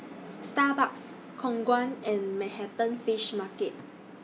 Starbucks Khong Guan and Manhattan Fish Market